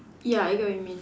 ya I get what you mean